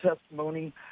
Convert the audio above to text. testimony